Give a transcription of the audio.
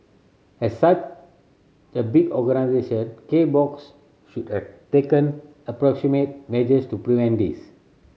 as such a big organisation K Box should have taken measures to prevent this